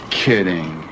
kidding